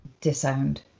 disowned